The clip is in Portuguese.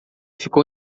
ficou